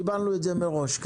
קיבלנו את זה מראש.